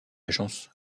agence